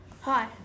Hi